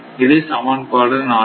இது சமன்பாடு 4